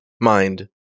mind